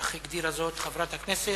כך הגדירה זאת חברת הכנסת